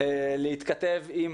להתכתב עם